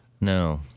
No